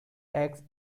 eggs